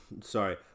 Sorry